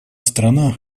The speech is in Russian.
страна